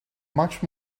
much